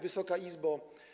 Wysoka Izbo!